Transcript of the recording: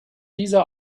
dieser